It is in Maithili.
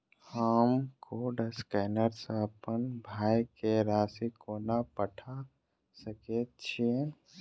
हम कोड स्कैनर सँ अप्पन भाय केँ राशि कोना पठा सकैत छियैन?